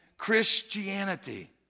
Christianity